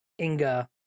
Inga